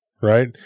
right